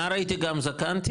נער הייתי גם זקנתי.